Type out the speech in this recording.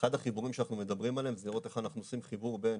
אחד החיבורים שאנחנו מדברים עליהם זה לראות איך אנחנו עושים חיבור בין